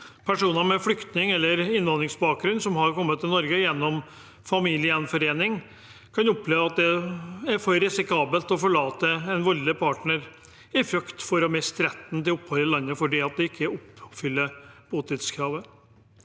Personer med flyktning- eller innvandrerbakgrunn som har kommet til Norge gjennom familiegjenforening, kan oppleve at det er for risikabelt å forlate en voldelig partner – de frykter for å miste retten til opphold i landet fordi de ikke oppfyller botidskravet.